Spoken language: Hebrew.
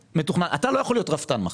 אתה לא יכול להיות רפתן מחר,